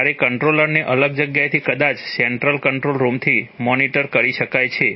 જ્યારે કંટ્રોલરને અલગ જગ્યાએથી કદાચ સેન્ટ્રલ કંટ્રોલ રૂમથી મોનિટર કરી શકાય છે